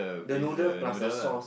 the noodle plus a sauce